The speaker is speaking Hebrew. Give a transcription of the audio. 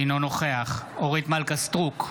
אינו נוכח אורית מלכה סטרוק,